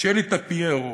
שלי טפיירו,